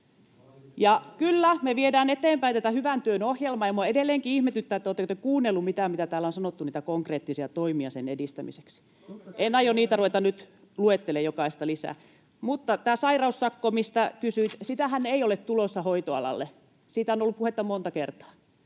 Ja kyllä, me viemme eteenpäin tätä hyvän työn ohjelmaa, [Jouni Ovaskan välihuuto] ja minua edelleenkin ihmetyttää, oletteko te kuunnelleet mitään, mitä konkreettisia toimia täällä on sanottu sen edistämiseksi. En aio niitä ruveta nyt luettelemaan jokaista lisää. Mutta tätä sairaussakkoa, mistä kysyitte, ei ole tulossa hoitoalalle. Siitä on ollut puhetta monta kertaa.